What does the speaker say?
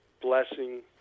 blessing